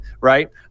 right